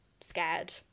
scared